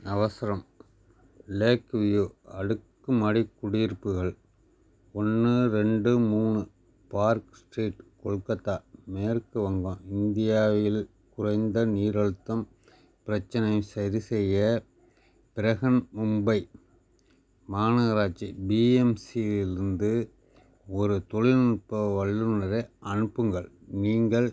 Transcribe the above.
அவசரம் lake view அடுக்குமாடி குடியிருப்புகள் ஒன்று ரெண்டு மூணு பார்க் ஸ்ட்ரீட் கொல்கத்தா மேற்கு வங்கம் இந்தியாவில் குறைந்த நீர் அழுத்தம் பிரச்சினை சரிசெய்ய பிரஹன் மும்பை மாநகராட்சி பிஎம்சியில் இருந்து ஒரு தொழில்நுட்ப வல்லுநரை அனுப்புங்கள் நீங்கள்